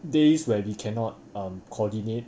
days where we cannot um coordinate